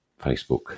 Facebook